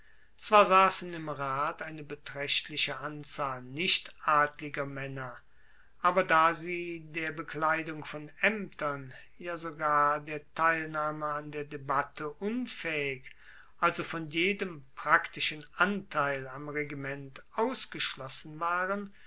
zwar sassen im rat eine betraechtliche anzahl nichtadliger maenner aber da sie der bekleidung von aemtern ja sogar der teilnahme an der debatte unfaehig also von jedem praktischen anteil am regiment ausgeschlossen waren